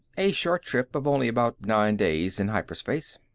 a short trip of only about nine days in hyperspace.